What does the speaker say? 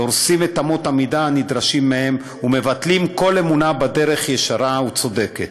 דורסים את אמות המידה הנדרשים מהם ומבטלים כל אמונה בדרך ישרה וצודקת.